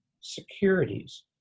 securities